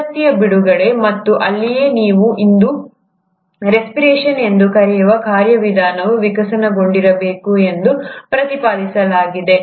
ಶಕ್ತಿಯ ಬಿಡುಗಡೆ ಮತ್ತು ಅಲ್ಲಿಯೇ ನೀವು ಇಂದು ರೆಸ್ಪಿರೇಷನ್ ಎಂದು ಕರೆಯುವ ಕಾರ್ಯವಿಧಾನವು ವಿಕಸನಗೊಂಡಿರಬೇಕು ಎಂದು ಪ್ರತಿಪಾದಿಸಲಾಗಿದೆ